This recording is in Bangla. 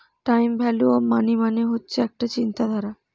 টাইম ভ্যালু অফ মানি মানে হচ্ছে একটা চিন্তাধারা